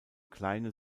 kleine